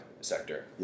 sector